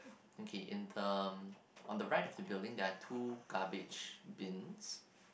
okay in the on the right of the building there are two garbage bins